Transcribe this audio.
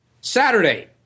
Saturday